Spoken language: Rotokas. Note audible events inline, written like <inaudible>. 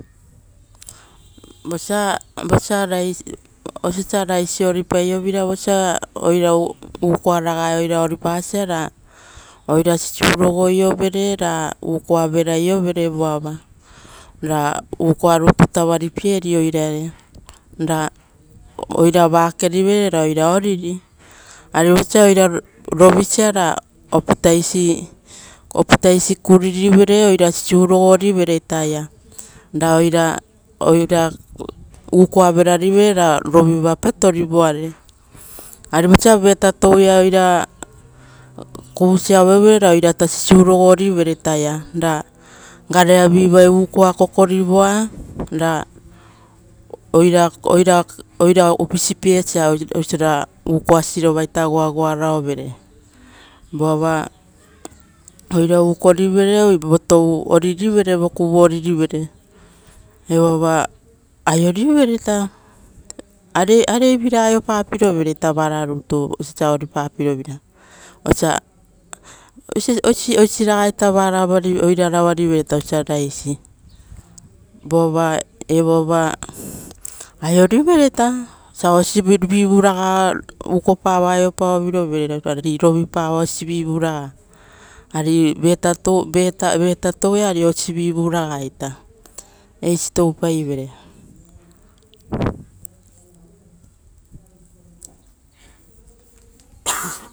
Vosa araisi ori paio veira. Osa ukoa raga ia oira orisia sisiu rogo io vere, ra ukoa vera rogo io vere, ra ukoa rutu tava ripieri. Ra oira vake rivere ra oira oriri. Ari vosa oira rovisia, ra opita isi kuriri vere, oira sisiu rogo rivere, ukoa vera rivere ra oira roviri. Ari vosa vetatou ia oira kuvusia aveuvere ra oira sisiu rogorive re, ra garea vivai kokori vere ukoavai oira tupitupi piesa, ra ukoasirova goagioa raovere goagioa ra overe. Voava oira ukorive vokuvu oririveve, voava oira ukorive vokuvu oririveve, <hesitation> ra va aiorivere areivira aiopa pirovere vararutu.